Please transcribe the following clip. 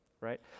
right